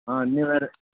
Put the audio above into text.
అన్నీ వెరై